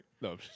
No